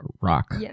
rock